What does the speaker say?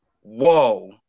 Whoa